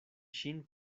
ŝin